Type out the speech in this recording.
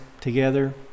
together